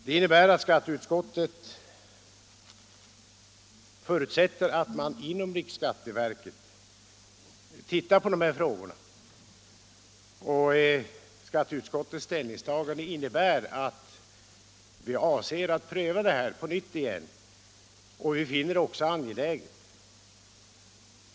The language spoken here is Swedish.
Det innebär att skatteutskottet förutsätter att man inom riksskatteverket ser över dessa frågor. Skatteutskottets ställningstagande innebär att vi avser att pröva frågan på nytt, och vi finner det angeläget.